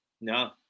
No